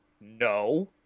no